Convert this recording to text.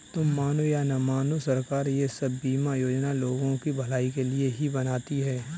तुम मानो या न मानो, सरकार ये सब बीमा योजनाएं लोगों की भलाई के लिए ही बनाती है